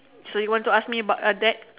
so you want to ask be about that